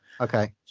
Okay